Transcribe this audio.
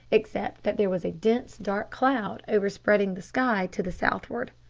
except that there was a dense, dark cloud overspreading the sky to the southward.